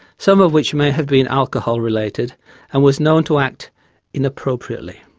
some of which may have been alcohol related and was known to act inappropriately.